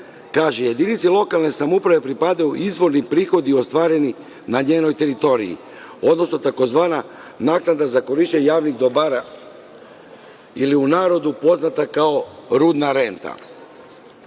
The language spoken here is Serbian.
kaže – jedinici lokalne samouprave pripadaju izvorni prihodi ostvareni na njenoj teritoriji, odnosno takozvana naknada za korišćenje javnih dobara ili u narodu poznata kao rudna renta.